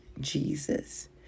Jesus